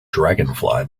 dragonfly